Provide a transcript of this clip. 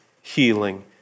healing